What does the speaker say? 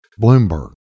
Bloomberg